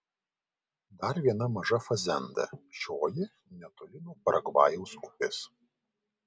dar viena maža fazenda šioji netoli nuo paragvajaus upės